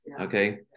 okay